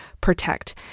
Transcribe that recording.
protect